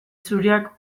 zuriak